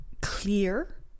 clear